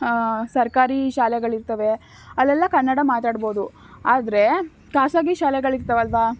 ಸರ್ಕಾರಿ ಶಾಲೆಗಳಿರ್ತವೆ ಅಲ್ಲೆಲ್ಲ ಕನ್ನಡ ಮಾತಾಡ್ಬೋದು ಆದರೆ ಖಾಸಗಿ ಶಾಲೆಗಳಿರ್ತವಲ್ಲವಾ